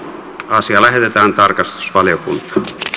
asia lähetetään tarkastusvaliokuntaan